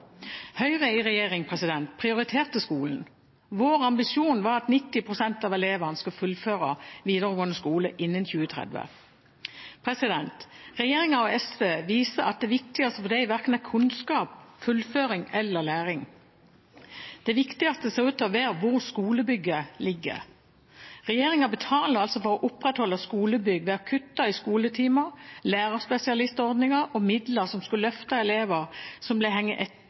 Høyre i regjering prioriterte skolen – vår ambisjon var at i 2030 skal 90 pst. av elevene fullføre videregående skole. Regjeringen og SV viser at det viktigste for dem verken er kunnskap, fullføring eller læring. Det viktigste ser ut til å være hvor skolebygget ligger. Regjeringen betaler for å opprettholde skolebygg ved å kutte i skoletimer, lærerspesialistordningen og midler som skulle løfte elevene som ble hengende etter